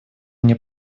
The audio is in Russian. мне